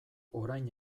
orain